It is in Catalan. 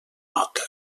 nota